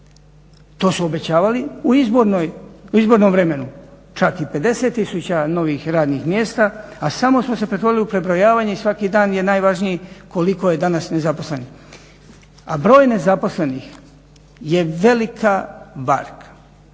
To su obećavali u izbornom vremenu, čak i 50 tisuća novih radnih mjesta a samo smo se pretvorili u prebrojavanje i svaki dan je najvažnije koliko je danas nezaposlenih. A broj nezaposlenih je velika varka.